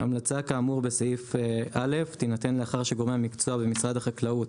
המלצה כאמור בסעיף א' תינתן לאחר שגורמי המקצוע במשרד החקלאות